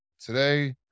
Today